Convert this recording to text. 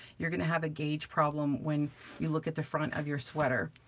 you're gonna have a gauge problem when you look at the front of your sweater.